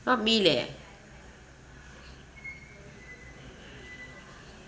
not me leh